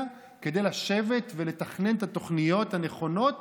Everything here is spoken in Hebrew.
כדי לשבת ולתכנן את התוכניות הנכונות